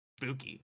spooky